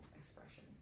expression